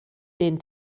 den